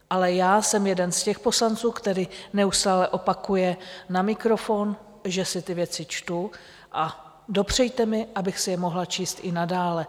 Ale já jsem jeden z těch poslanců, který neustále opakuje na mikrofon, že si ty věci čtu, a dopřejte mi, abych si je mohla číst i nadále.